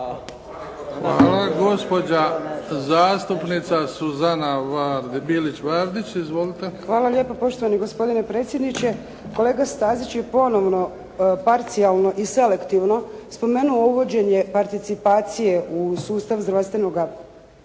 Izvolite. **Bilić Vardić, Suzana (HDZ)** Hvala lijepa. Poštovani gospodine predsjedniče. Kolega Stazić je ponovno parcijalno i selektivno spomenuo uvođenje participacije u sustav zdravstvenoga